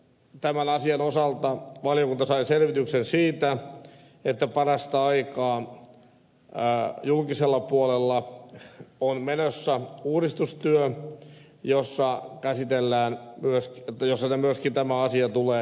tämän asian osalta valiokunta sai selvityksen siitä että parasta aikaa julkisella puolella on menossa uudistustyö jossa myöskin tämä asia tulee esille